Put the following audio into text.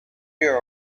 were